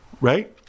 right